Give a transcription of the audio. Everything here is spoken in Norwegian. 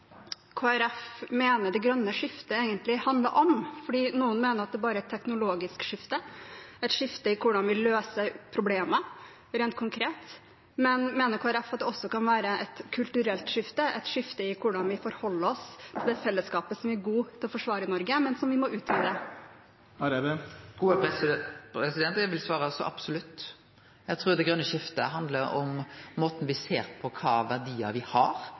Folkeparti mener det grønne skiftet egentlig handler om. Noen mener at det bare er et teknologisk skifte, et skifte i hvordan vi løser problemer rent konkret. Mener Kristelig Folkeparti at det også kan være et kulturelt skifte, et skifte i hvordan vi forholder oss til fellesskapet, som vi er gode til å forsvare i Norge, men som vi må utvide? Taletiden er ute. Eg vil svare: så absolutt. Eg trur det grøne skiftet handlar om måten me ser på kva verdiar me har,